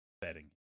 betting